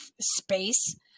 space